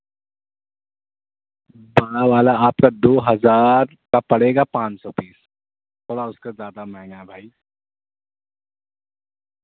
کالا والا آپ کا دو ہزار کا پڑے گا پانچ سو پیس تھوڑا اس کا زیادہ مہنگا ہے بھائی